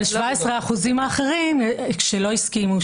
אבל 17% אחרים שלא הסכימו,